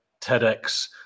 TEDx